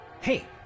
Hey